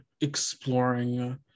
exploring